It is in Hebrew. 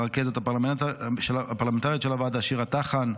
לרכזת הפרלמנטרית של הוועדה שירה טחן,